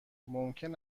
ممکن